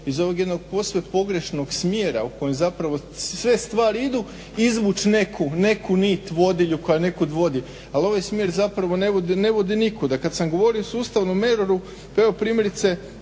iz ovog jednog posve pogrešnog smjera u kojem zapravo sve stvari idu izvuč neku nit vodilju koja nekud vodi. Ali ovaj smjer zapravo ne vodi nikuda. Kad sam govorio sustavnu mjeru, pa evo primjerice